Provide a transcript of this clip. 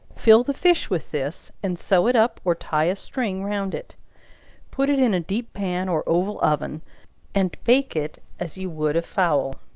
fill the fish with this, and sew it up or tie a string round it put it in a deep pan, or oval oven and bake it as you would a fowl.